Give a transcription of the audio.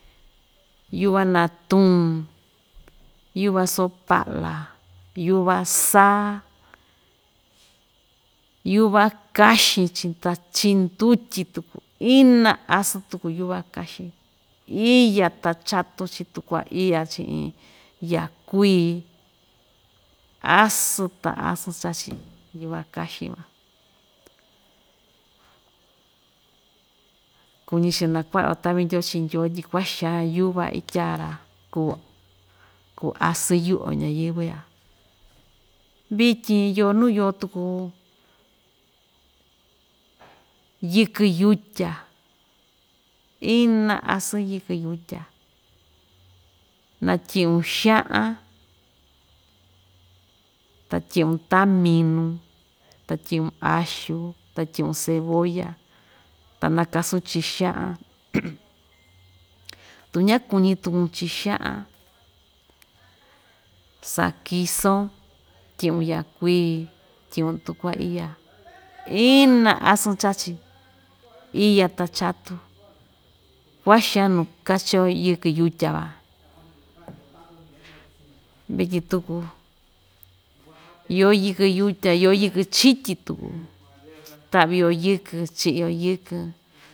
Yuva natuun, yuva so paꞌla, yuva saa, yuva kaxin ta chiꞌin ndutyi tuku, ina asɨn tuku yuva kaxɨin, iya ta chatu chii tukuaiya, chiꞌin yakui asɨn ta asɨn chachi yuva kaxɨn van, kuñi‑chi nakuaꞌa‑yo taꞌvi ndyoo chii ndyoo tyi kuaxaan yuva itya‑ra kuu, kuu asɨɨn yuꞌu‑yo ñayɨ́vɨ́ ya vityin iyo nuu yoo tuku yɨkɨn yutya, ina asɨn yɨkɨ yutya, naa tyiꞌun xaꞌan, ta tyiꞌun taminu, ta tyiꞌun axu, ta tyiꞌun cebolla, ta nakasun chiꞌin xaꞌan tu ñakuñi tukun chiꞌin xaꞌan, sakison tyiꞌun yakui, tyiꞌun tukuaiya ina asɨn chachi, iya ta chatu, kua‑xaan nuu kachi‑yo yɨkɨn yutya van, vityin tuku, iyo yɨkɨn yutya iyo yikɨn chityi tuku, taꞌvi‑yo yɨkɨn, chiꞌi‑yo yɨkɨn.